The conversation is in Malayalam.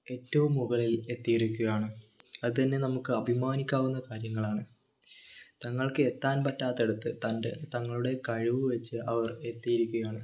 ഏറ്റവും മുകളിൽ എത്തിയിരിക്കുവാണ് അത് തന്നെ നമുക്ക് അഭിമാനിക്കാവുന്ന കാര്യങ്ങളാണ് തങ്ങൾക്ക് എത്താൻ പറ്റാത്തിടത്ത് തൻ്റെ തങ്ങളുടെ കഴിവ് വച്ച് അവർ എത്തിയിരിക്കുകയാണ്